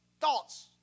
thoughts